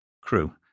crew